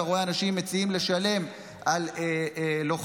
אתה רואה אנשים מציעים לשלם על לוחמים,